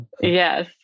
yes